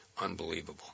unbelievable